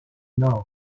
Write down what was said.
nord